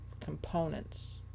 components